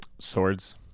swords